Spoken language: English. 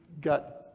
got